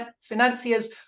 financiers